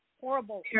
horrible